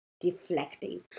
deflecting